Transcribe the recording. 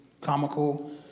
comical